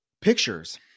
pictures